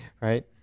right